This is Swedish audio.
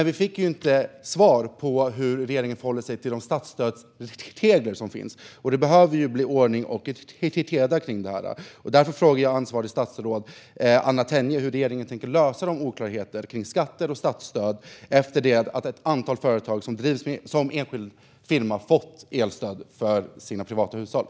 Vi fick inte svar på hur regeringen förhåller sig till de statsstödsregler som finns. Det behöver bli ordning och reda om det. Därför frågar jag ansvarigt statsråd Anna Tenje hur regeringen tänker lösa oklarheter om skatter och statsstöd efter det att ett antal företag som drivs som enskild firma fått elstöd för sina privata hushåll.